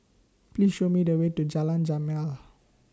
Please Show Me The Way to Jalan Jamal